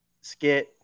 skit